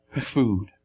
Food